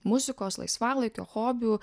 muzikos laisvalaikio hobių